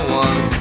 one